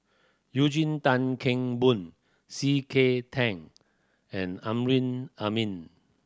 Eugene Tan Kheng Boon C K Tang and Amrin Amin